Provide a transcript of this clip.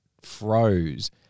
froze